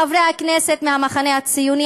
חברי הכנסת מהמחנה הציוני,